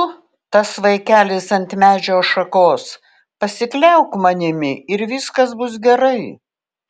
tu tas vaikelis ant medžio šakos pasikliauk manimi ir viskas bus gerai